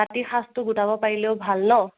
ৰাতি সাঁজটো গোটাব পাৰিলেও ভাল ন'